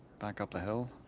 back up the hill.